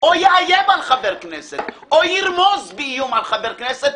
או יאיים על חבר כנסת או ירמוז באיום על חבר כנסת,